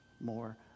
more